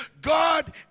God